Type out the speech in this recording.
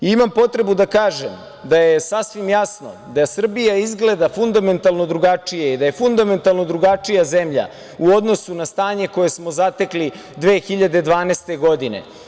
Imam potrebu da kažem da je sasvim jasno da Srbija izgleda fundamentalno drugačije i da je fundamentalno drugačija zemlja u odnosu na stanje koje smo zatekli 2012. godine.